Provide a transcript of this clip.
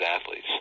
athletes